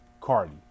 Cardi